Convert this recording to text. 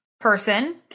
person